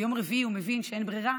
ביום רביעי הוא מבין שאין ברירה,